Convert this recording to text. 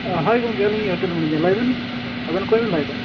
ᱦᱳᱭ ᱜᱚᱝᱠᱮ ᱟᱹᱞᱤᱧ ᱜᱮ ᱦᱳᱴᱮᱞ ᱢᱮᱱᱮᱡᱟᱨ ᱞᱟᱹᱭᱵᱮᱱ ᱟᱵᱮᱱ ᱚᱠᱚᱭᱵᱮᱱ ᱞᱟᱹᱭᱮᱫᱟ